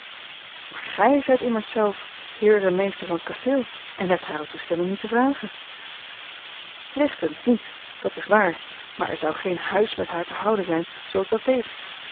maar gij zijt immers zelf heer en meester van t kasteel en hebt hare toestemming niet te vragen rechtens niet dat is waar maar er zou geen huis met haar te houden zijn zoo ik dat deed